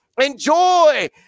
Enjoy